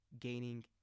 gaining